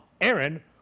Aaron